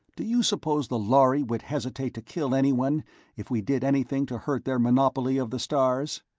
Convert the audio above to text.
do you suppose the lhari would hesitate to kill anyone if we did anything to hurt their monopoly of the stars?